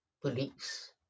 police